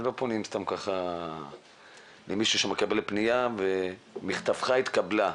לא פונים סתם כך למישהו שמקבל פניה ו"מכתבך התקבלה",